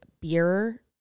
beer